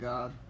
God